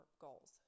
goals